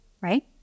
right